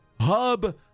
Hub